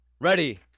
Ready